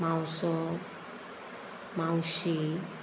मावसो मावशी